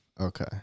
Okay